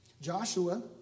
Joshua